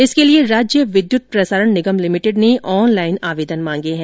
इसके लिए राज्य विद्युत प्रसारण निगम लिमिटेड ने ऑनलाइन आवेदन मांगे हैं